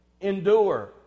endure